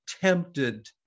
tempted